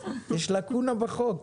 יש לקונה בחוק,